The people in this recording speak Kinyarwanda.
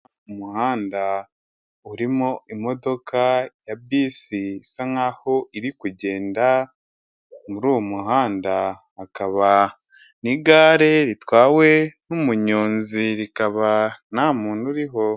Umuhanda urimo imodoka ya bisi isa nkaho iri kugenda. Muri uwo muhanda akaba n'igare ritwawe n'umunyonzi rikaba nta muntu uriho.